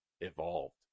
evolved